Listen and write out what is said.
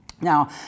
Now